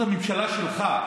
זאת הממשלה שלך.